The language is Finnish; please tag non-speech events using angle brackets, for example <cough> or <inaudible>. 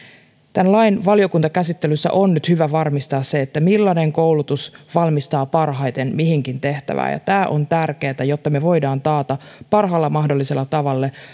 tämän lain valiokuntakäsittelyssä on nyt hyvä varmistaa se millainen koulutus valmistaa parhaiten mihinkin tehtävään ja tämä on tärkeätä jotta me voimme taata parhaalla mahdollisella tavalla <unintelligible>